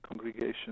congregation